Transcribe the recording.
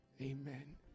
Amen